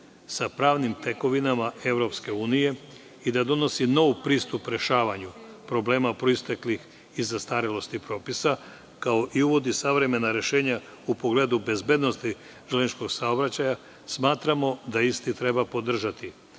sa pravnim tekovinama EU i da donosi nov pristup rešavanju problema proisteklih iz zastarelosti propisa, kao i da uvodi savremena rešenja u pogledu bezbednosti železničkog saobraćaja, smatramo da isti treba podržati,